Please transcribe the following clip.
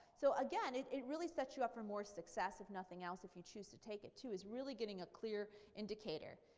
so, again, it it really sets you up for more success if nothing else if you choose to take it, too. it's really getting a clear indicator.